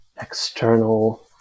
external